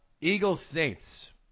Eagles-Saints